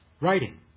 writing